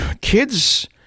kids